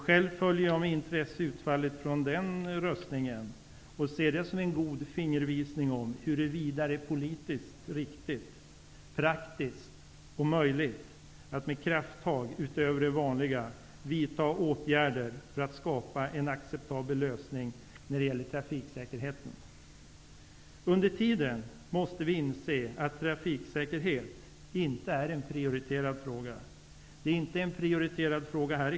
Själv följer jag med intresse utfallet från den omröstningen och ser det som en god fingervisning om huruvida det är politiskt riktigt, praktiskt och möjligt att med krafttag utöver de vanliga vidta åtgärder för att skapa en acceptabel lösning när det gäller trafiksäkerheten. Under tiden måste vi inse att trafiksäkerhet inte är en prioriterad fråga. Det är den inte i den här kammaren.